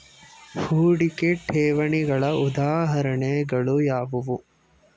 ಹೂಡಿಕೆ ಠೇವಣಿಗಳ ಉದಾಹರಣೆಗಳು ಯಾವುವು?